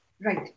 Right